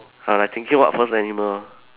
I like thinking what first animal